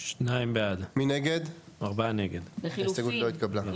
הצבעה בעד 2 נגד 3 נמנעים 0 ההסתייגות לא התקבלה.